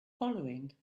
following